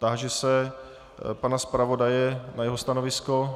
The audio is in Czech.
Táži se pana zpravodaje na jeho stanovisko.